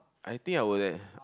I think I'll work there